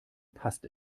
passt